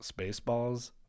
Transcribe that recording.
Spaceballs